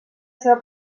seva